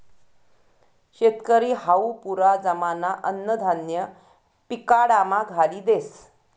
शेतकरी हावू पुरा जमाना अन्नधान्य पिकाडामा घाली देस